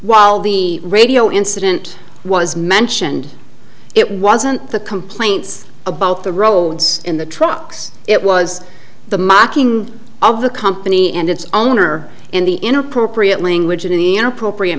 while the radio incident was mentioned it wasn't the complaints about the roads in the trucks it was the mocking of the company and its owner and the inappropriate language in the an appropriate